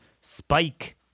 spike